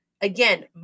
again